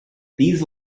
these